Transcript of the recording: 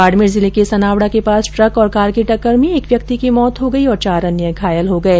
बाड़मेर जिले के सनावडा के पास ट्रक और कार की टक्कर में एक व्यक्ति की मौत हो गई और चार अन्य घायल हो गये